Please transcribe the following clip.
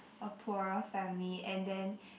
a poorer family and then